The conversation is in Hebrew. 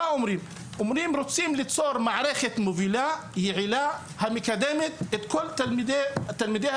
רוצים ליצור מערכת מובילה ויעילה המקדמת את כל תלמידיה